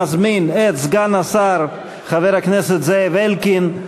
אני מזמין את סגן השר, חבר הכנסת זאב אלקין,